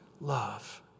love